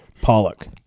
Pollock